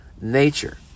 nature